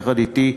יחד אתי,